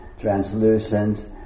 translucent